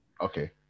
Okay